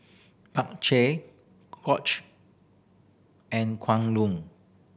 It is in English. and Kwan Loong